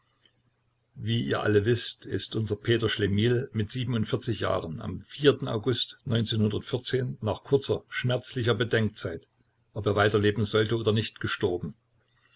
wie ihr alle wißt ist unser peter schlemihl mit jahren am august nach kurzer schmerzlicher bedenkzeit ob er weiterleben solle oder nicht gestorben